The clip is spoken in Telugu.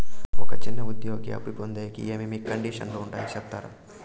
ఒక చిన్న ఉద్యోగి అప్పు పొందేకి ఏమేమి కండిషన్లు ఉంటాయో సెప్తారా?